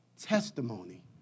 testimony